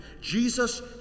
Jesus